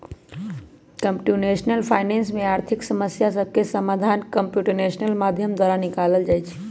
computational finance में आर्थिक समस्या सभके समाधान कंप्यूटेशनल माध्यम द्वारा निकालल जाइ छइ